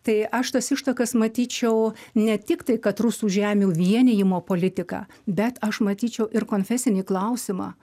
tai aš tas ištakas matyčiau ne tik tai kad rusų žemių vienijimo politika bet aš matyčiau ir konfesinį klausimą